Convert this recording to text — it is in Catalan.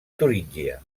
turíngia